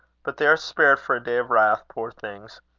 but they are spared for a day of wrath, poor things!